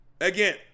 Again